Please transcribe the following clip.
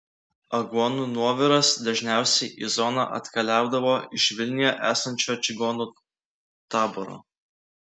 aguonų nuoviras dažniausiai į zoną atkeliaudavo iš vilniuje esančio čigonų taboro